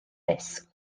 risg